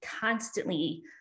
constantly